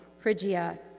Phrygia